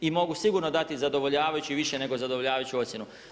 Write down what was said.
I mogu sigurno dati zadovoljavajuću, više nego zadovoljavajuću ocjenu.